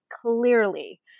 clearly